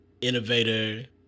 innovator